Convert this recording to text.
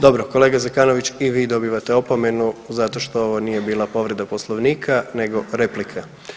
Dobro kolega Zekanović i vi dobivate opomenu zato što ovo nije bila povreda Poslovnika nego replika.